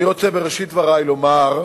אני רוצה בראשית דברי לומר,